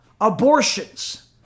abortions